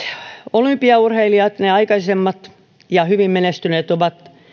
olympiaurheilijat aikaisemmat ja hyvin menestyneet ovat